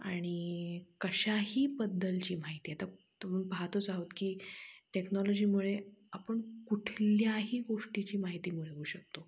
आणि कशाही बद्दलची माहिती आता तुम्ही पाहातच आहोत की टेक्नॉलॉजीमुळे आपण कुठल्याही गोष्टीची माहिती मिळवू शकतो